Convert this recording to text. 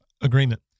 Agreement